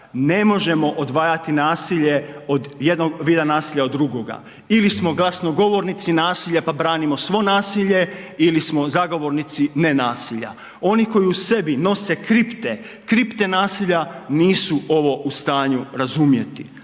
ne možemo odvajati nasilje od jednog vida nasilja od drugoga, ili smo glasnogovornici nasilja, pa branimo svo nasilje ili smo zagovornici ne nasilja. Oni koji u sebi nose kripte, kripte nasilja nisu ovo u stanju razumjeti,